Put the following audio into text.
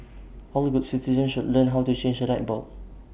all good citizens should learn how to change A light bulb